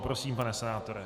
Prosím, pane senátore.